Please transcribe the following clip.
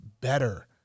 better